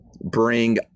bring